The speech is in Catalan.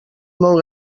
molt